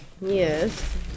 Yes